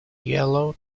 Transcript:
yellow